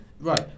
Right